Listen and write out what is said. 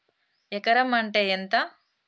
ఎకరం అంటే ఎంత?